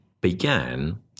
began